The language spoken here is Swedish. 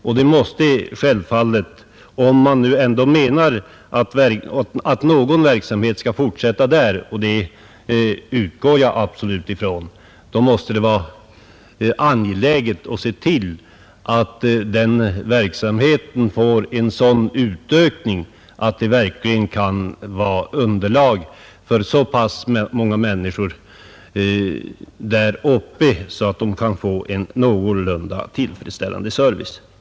Och om man verkligen menar att en verksamhet skall bedrivas där i fortsättningen, vilket jag utgår från, måste det vara angeläget att se till att den verksamheten utökas så mycket att den kan bli ett underlag för en någorlunda tillfredsställande service för de människor som bor där uppe.